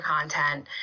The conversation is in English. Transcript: content